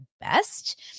best